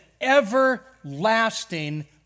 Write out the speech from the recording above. everlasting